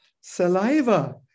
saliva